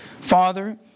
Father